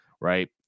right